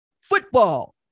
football